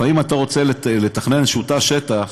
לפעמים אתה רוצה לתכנן איזשהו תא שטח,